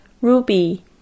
Ruby